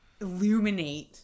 illuminate